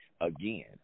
again